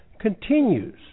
continues